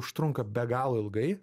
užtrunka be galo ilgai